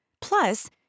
Plus